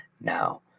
now